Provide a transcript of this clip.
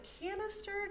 canister